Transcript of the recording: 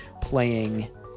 playing